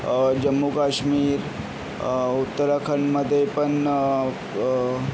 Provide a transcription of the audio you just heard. जम्मू काश्मीर उत्तराखंडमध्ये पण